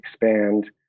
expand